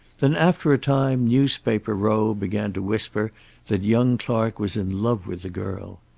then, after a time, newspaper row began to whisper that young clark was in love with the girl.